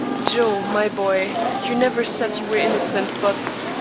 joe, my boy, you never said you were innocent, but